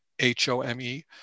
H-O-M-E